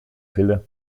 pille